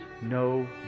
no